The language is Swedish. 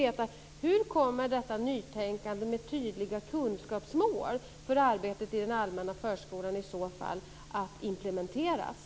Hur kommer detta nytänkande med tydliga kunskapsmål för arbetet i den allmänna förskolan i så fall att implementeras?